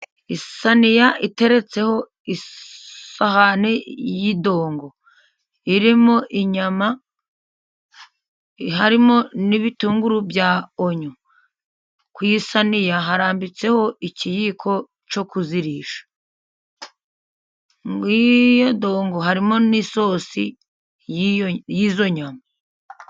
Isiniya iteretseho isahani y'idongo. Irimo inyama, harimo n'ibitunguru bya onyo. Ku isiniya harambitse ikiyiko cyo kuzirisha. Muri iyo dongo harimo n'isosi y'izo nyama.